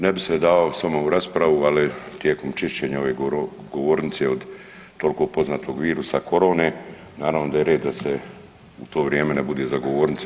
Ne bi se davao s vama u raspravu, ali tijekom čišćenja ove govornice od toliko poznatog virusa korone naravno da je red da se za to vrijeme ne bude za govornicom.